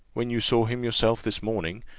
when you saw him yourself this morning,